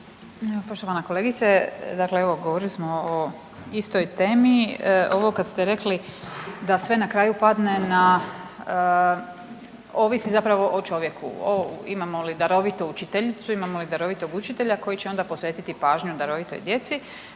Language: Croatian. poštovana kolegice, dakle govorili smo o istoj temi, ovo kad ste rekli da sve na kraju padne, ovisi zapravo o čovjeku imamo li darovitu učiteljicu, imamo li darovitog učitelja koji će onda posvetiti pažnju darovitoj djeci,